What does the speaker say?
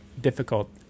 difficult